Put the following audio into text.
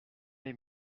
les